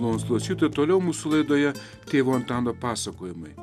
malonūs klausytojai toliau mūsų laidoje tėvo antano pasakojimai